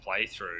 playthrough